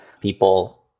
people